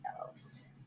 else